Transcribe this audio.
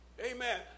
Amen